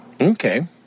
Okay